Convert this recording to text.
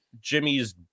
jimmy's